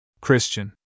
Christian